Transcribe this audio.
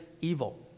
evil